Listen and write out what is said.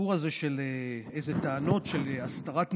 שהסיפור הזה של טענות על הסתרת נתונים,